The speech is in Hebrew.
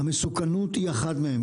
והמסוכנות היא אחת מהם.